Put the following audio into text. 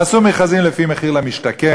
תעשו מכרזים לפי מחיר למשתכן,